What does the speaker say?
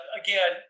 again